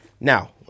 now